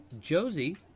Josie